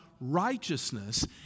righteousness